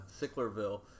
Sicklerville